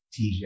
TJ